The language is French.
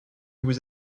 vous